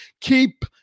keep